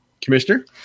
Commissioner